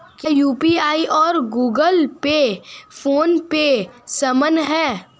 क्या यू.पी.आई और Google Pay PhonePe समान हैं?